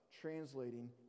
translating